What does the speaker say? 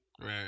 right